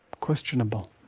questionable